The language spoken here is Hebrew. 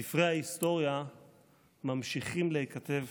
ספרי ההיסטוריה ממשיכים להיכתב